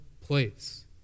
place